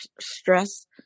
stress